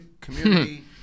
community